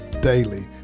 Daily